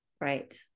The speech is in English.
Right